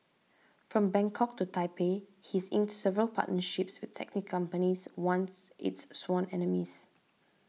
from Bangkok to Taipei he's inked several partnerships with taxi companies once its sworn enemies